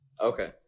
Okay